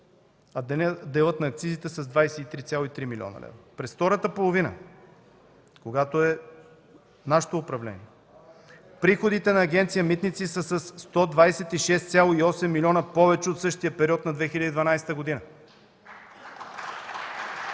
а делът на акцизите е с 23,3 млн. лв. През втората половина, когато е нашето управление, приходите на Агенция „Митници” са със 126,8 милиона повече от същия период на 2012 г.!